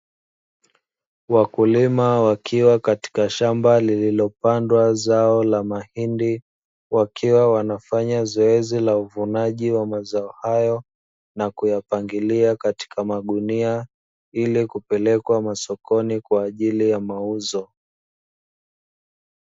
Wakulima wakiwa katika shamba lililopandwa zao la mahindi wakiwa wanafanya zoezi la uvunaji wa mazao hayo, na kuyapangilia katika magunia ili kupelekwa masokoni kwa ajili ya mauzo.